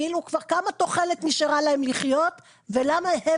כמה תוחלת נשארה להם לחיות ולמה הם